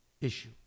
issue